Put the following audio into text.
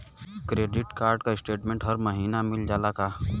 Credit card क statement हर महिना मिल जाला का?